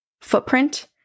footprint